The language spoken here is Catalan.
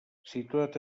situat